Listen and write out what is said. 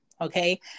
Okay